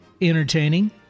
Entertaining